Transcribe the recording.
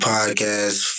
Podcast